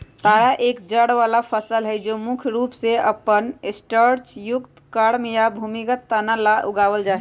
तारा एक जड़ वाला फसल हई जो मुख्य रूप से अपन स्टार्चयुक्त कॉर्म या भूमिगत तना ला उगावल जाहई